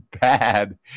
bad